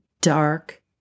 dark